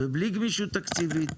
ובלי גמישות תקציבית.